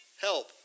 help